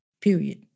period